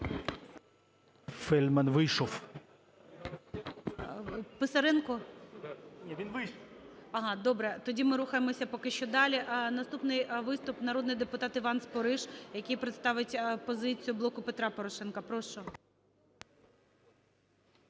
Фельдман вийшов. ГОЛОВУЮЧИЙ. Писаренко? А, добре. Тоді ми рухаємося поки що далі. Наступний виступ – народний депутат Іван Спориш, який представить позицію "Блоку Петра Порошенка". Прошу.